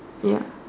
ya